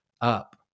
up